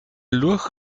lurch